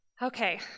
Okay